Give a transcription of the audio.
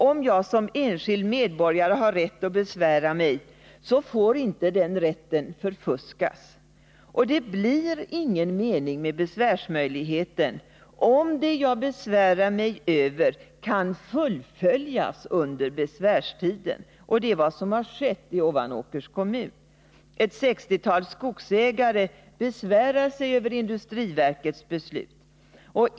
Om jag som enskild medborgare har rätt att besvära mig, så får den rätten inte förfuskas. Det blir ingen mening med besvärsmöjligheten om det jag besvärar mig över kan fullföljas under besvärstiden. Det är vad som har skett i Ovanåkers kommun. Ett sextiotal skogsägare besvärar sig över industriverkets beslut.